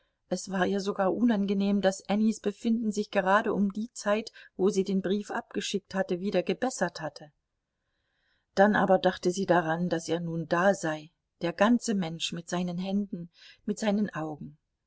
es war ihr sogar unangenehm daß annys befinden sich gerade um die zeit wo sie den brief abgeschickt hatte wieder gebessert hatte dann aber dachte sie daran daß er nun da sei der ganze mensch mit seinen händen mit seinen augen